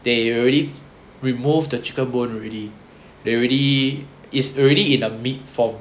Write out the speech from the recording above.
they already removed the chicken bone already they already is already in a meat form